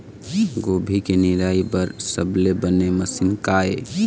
गोभी के निराई बर सबले बने मशीन का ये?